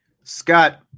Scott